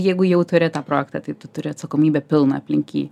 jeigu jau turi tą projektą tai tu turi atsakomybę pilną aplink jį